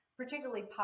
particularly